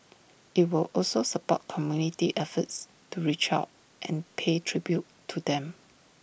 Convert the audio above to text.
IT will also support community efforts to reach out and pay tribute to them